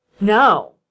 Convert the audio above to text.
No